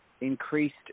increased